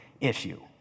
issue